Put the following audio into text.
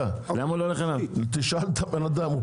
תשאל את האדם.